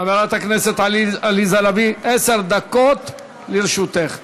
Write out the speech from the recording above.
חברת הכנסת עליזה לביא, עשר דקות לרשותך.